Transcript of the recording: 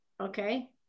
okay